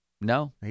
No